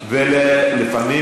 לְפַנים.